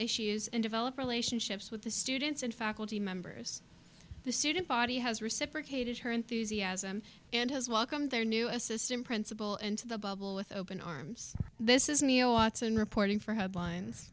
issues and develop relationships with the students and faculty members of the student body has reciprocated her enthusiasm and has welcomed their new assistant principal into the bubble with open arms this is neil watson reporting for headlines